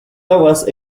aguas